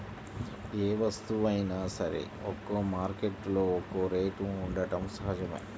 ఏ వస్తువైనా సరే ఒక్కో మార్కెట్టులో ఒక్కో రేటు ఉండటం సహజమే